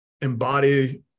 Embody